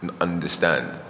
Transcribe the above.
understand